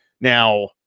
Now